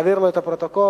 נעביר לו את הפרוטוקול,